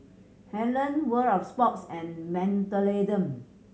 Helen World Of Sports and Mentholatum